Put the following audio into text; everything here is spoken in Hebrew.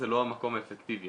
זה לא המקום האפקטיבי.